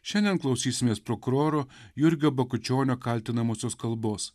šiandien klausysimės prokuroro jurgio bakučionio kaltinamosios kalbos